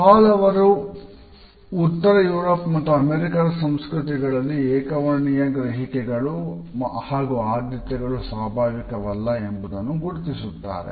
ಹಾಲ್ ಅವರು ಉತ್ತರ ಯುರೋಪ್ ಮತ್ತು ಅಮೇರಿಕಾದ ಸಂಸ್ಕೃತಿಗಳಲ್ಲಿ ಏಕ ವರ್ಣೀಯ ಗ್ರಹಿಕೆಗಳು ಹಾಗೂ ಆದ್ಯತೆಗಳು ಸ್ವಾಭಾವಿಕವಲ್ಲ ಎಂಬುದನ್ನು ಗುರುತಿಸುತ್ತಾರೆ